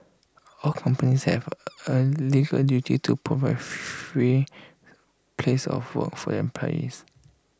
all companies have A legal duty to provide A free place of work for their employees